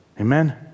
Amen